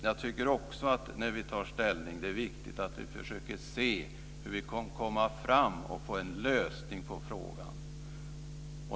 Jag tycker också att det är viktigt när vi tar ställning att vi försöker att se hur vi kan komma fram till en lösning på frågan.